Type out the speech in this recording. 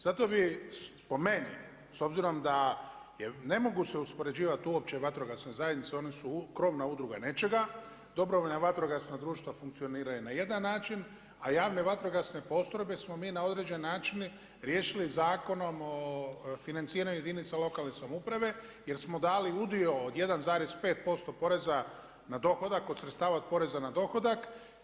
Zato bi po meni s obzirom da se ne mogu uspoređivati uopće vatrogasne zajednice, one su krovna udruga nečega, dobrovoljna vatrogasna društva funkcioniraju na jedan način, a javne vatrogasne postrojbe smo mi na određeni način riješili Zakonom o financiranju jedinica lokalne samouprave jer smo dali udio od 1,5% poreza na dohodak od sredstava od poreza na dohodak.